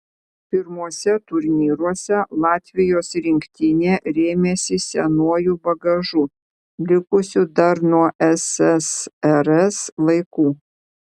pirmuose turnyruose latvijos rinktinė rėmėsi senuoju bagažu likusiu dar nuo ssrs laikų